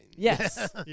Yes